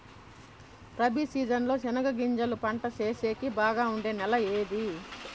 Rabi season లో చెనగగింజలు పంట సేసేకి బాగా ఉండే నెల ఏది?